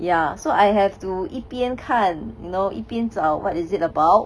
ya so I have to 一边看 you know 一边找 what is it about